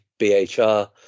BHR